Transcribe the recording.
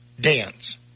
Dance